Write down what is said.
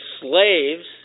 slaves